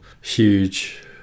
huge